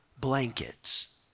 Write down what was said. blankets